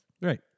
Right